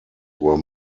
were